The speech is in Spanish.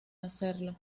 hacerlo